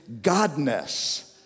godness